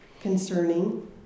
concerning